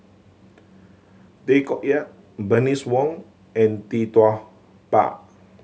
Tay Koh Yat Bernice Wong and Tee Tua Ba